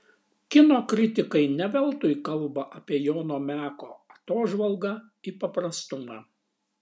kino kritikai ne veltui kalba apie jono meko atožvalgą į paprastumą